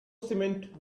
cement